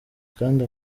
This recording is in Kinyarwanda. kandi